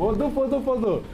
po du po du po du